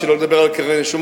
שלא לדבר על קרני-שומרון,